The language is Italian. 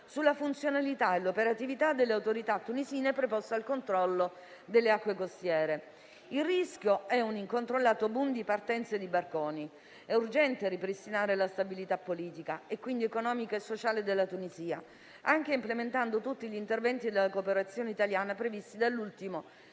sulla funzionalità e l'operatività delle autorità tunisine preposte al controllo delle acque costiere. Il rischio è un incontrollato *boom* di partenze di barconi. È urgente ripristinare la stabilità politica, economica e sociale della Tunisia, anche implementando tutti gli interventi della cooperazione italiana previsti dall'ultimo